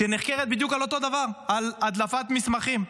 שנחקרת בדיוק על אותו דבר, על הדלפת מסמכים.